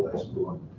support.